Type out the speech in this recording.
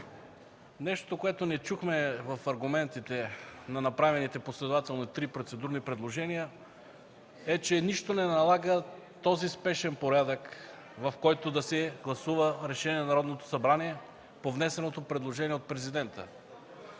нещото, което не чухме в аргументите на направените последователно три процедурни предложения, е, че нищо не налага този спешен порядък, в който да се гласува решение на Народното събрание по внесеното предложение от Президента.